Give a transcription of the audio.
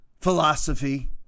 philosophy